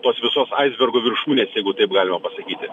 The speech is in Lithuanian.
tos visos aisbergo viršūnės jeigu taip galima pasakyti